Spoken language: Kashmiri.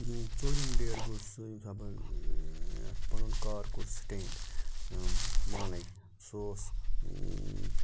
ژورِم ڈیت گوٚو سُہ یمہِ ساتہٕ بہٕ پَنُن کار کوٚر سٹینڈ پانے سُہ اوس